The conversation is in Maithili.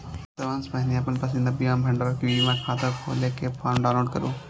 सबसं पहिने अपन पसंदीदा बीमा भंडारक ई बीमा खाता खोलै के फॉर्म डाउनलोड करू